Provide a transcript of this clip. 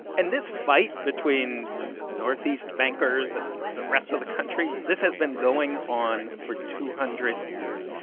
and this fight between northeast bankers and the rest of the country this has been going on for two hundred years.